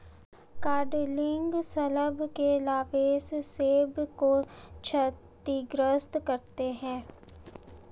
codling शलभ के लार्वे सेब को क्षतिग्रस्त करते है